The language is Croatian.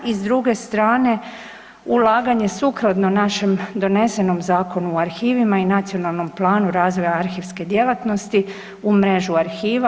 I s druge strane ulaganje sukladno našem donesenom Zakonu o arhivima i Nacionalnom planu razvoja arhivske djelatnosti u mrežu arhiva.